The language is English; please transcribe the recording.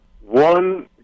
One